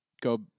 go